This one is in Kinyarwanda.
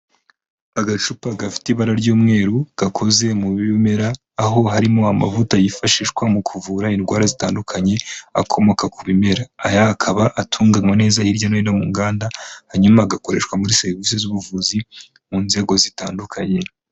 Agacupa gafite ibara ry'umweru gakoze mu bimera, aho harimo amavuta yifashishwa mu kuvura indwara zitandukanye akomoka ku bimera. Aya akaba atunganywa neza hirya no hino mu nganda, hanyuma agakoreshwa muri serivisi z'ubuvuzi mu nzego zitandukanye.